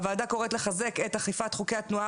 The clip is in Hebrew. הוועדה קוראת לחזק את אכיפת חוקי התנועה